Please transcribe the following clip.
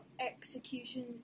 execution